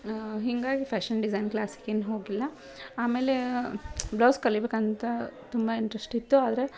ಹಿಂಗಾಗಿ fashion design ಕ್ಲಾಸಿಗೇನು ಹೋಗಿಲ್ಲ ಆಮೇಲೆ ಬ್ಲೌಸ್ ಕಲಿಯಬೇಕಂತ ತುಂಬ ಇಂಟ್ರೆಸ್ಟ್ ಇತ್ತು ಆದರೆ